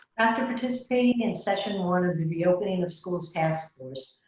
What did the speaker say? after participating in session one of the reopening of schools' task force,